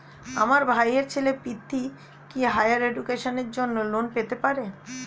আমার ভাইয়ের ছেলে পৃথ্বী, কি হাইয়ার এডুকেশনের জন্য লোন পেতে পারে?